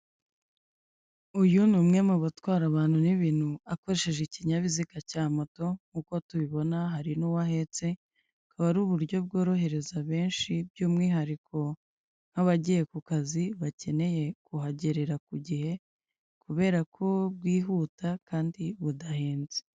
Uyu ni umwe mu batwara abantu n'ibintu akoresheje ikinyabiziga cya moto nk'uko tubibona hari n'uwo ahetse, akaba ari uburyo bworohereza benshi by'umwihariko nk'abagiye ku kazi bakeneye kuhagerera ku gihe kubera ko bwihuta kandi budahenze.